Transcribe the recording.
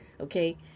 okay